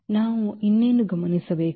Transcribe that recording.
ನಾವು ಇನ್ನೇನು ಗಮನಿಸಬೇಕು